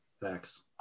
Facts